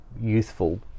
youthful